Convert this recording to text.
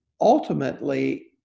ultimately